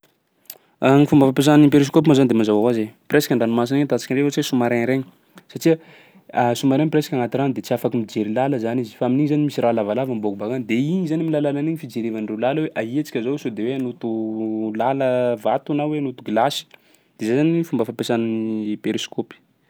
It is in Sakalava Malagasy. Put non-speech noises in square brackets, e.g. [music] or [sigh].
[noise] [hesitation] Gny fomba fampiasà ny periscope moa zany de mazava hoazy e, presque an-dranomasina agny ahitantsika an'io ohatsy hoe sous-marin regny satsia [hesitation] sous-marin presque agnaty rano de tsy afaky mijery làla zany izy fa amin'igny zany misy raha lavalava miboaky bakany de igny zany amin'ny alalan'igny fijerevandreo làla hoe aia tsika zao sao de hoe hanoto làla vato na hoe hanoto glasy. De zay zany ny fomba fampiasà ny périscope.